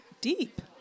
deep